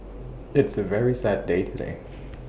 it's A very sad day today